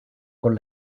con